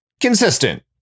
consistent